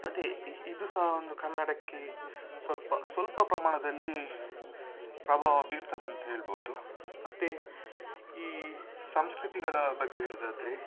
ಮತ್ತು ಇದು ಸಹ ಒಂದು ಕನ್ನಡಕ್ಕೆ ಸ್ವಲ್ಪ ಸ್ವಲ್ಪ ಪ್ರಮಾಣದಲ್ಲಿ ಪ್ರಭಾವ ಬೀರ್ತದಂತ ಹೇಳ್ಬೋದು ಮತ್ತು ಈ ಸಂಸ್ಕೃತಿಗಳ ಬಗ್ಗೆ ಹೇಳುವುದಾದ್ರೆ